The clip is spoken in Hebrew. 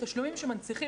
תשלומים שמנציחים